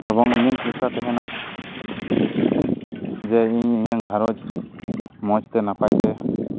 ᱮᱵᱚᱝ ᱤᱧᱟᱹᱝ ᱪᱮᱥᱴᱟ ᱛᱟᱦᱮᱱᱟ ᱡᱮ ᱤᱧ ᱤᱧᱟᱹᱝ ᱜᱷᱟᱨᱚᱸᱡᱽ ᱢᱚᱡᱽ ᱛᱮ ᱱᱟᱯᱟᱭ ᱛᱮ